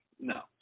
No